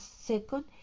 Second